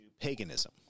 paganism